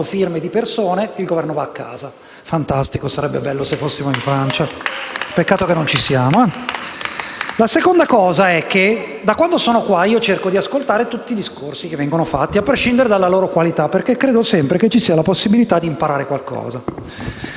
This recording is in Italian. firme, il Governo va a casa. Fantastico: sarebbe bello se fossimo in Francia! Peccato che non ci siamo. *(Applausi dal Gruppo M5S)**.* La seconda premessa è che, da quando sono in Senato, cerco di ascoltare tutti i discorsi che vengono fatti, a prescindere dalla loro qualità, perché penso sempre che ci sia la possibilità di imparare qualcosa.